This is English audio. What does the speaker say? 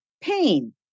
pain